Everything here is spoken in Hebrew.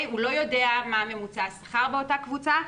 הוא לא יודע מה ממוצע השכר באותה קבוצה.